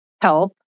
help